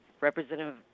Representative